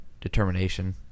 determination